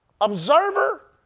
observer